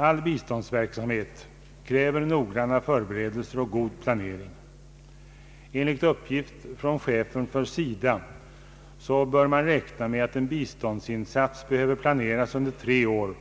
All biståndsverksamhet kräver noggranna förberedelser och god planering. Enligt uppgift från chefen för SIDA bör man räkna med att en biståndsinsats behöver planeras under tre år